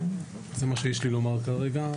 זה מה שיש לי לומר כרגע,